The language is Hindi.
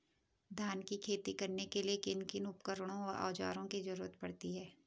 धान की खेती करने के लिए किन किन उपकरणों व औज़ारों की जरूरत पड़ती है?